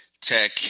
tech